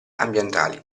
ambientali